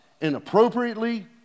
inappropriately